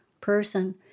person